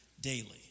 daily